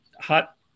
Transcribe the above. hot